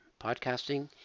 podcasting